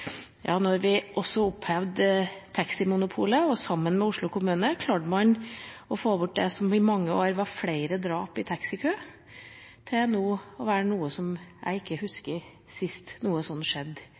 opphevde taximonopolet, klarte man, sammen med Oslo kommune, å få bort det som skjedde i mange år, nemlig flere drap i taxikø. Nå husker jeg ikke sist noe